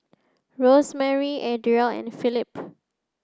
Rosemary Adriel and Philip